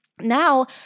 now